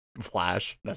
Flash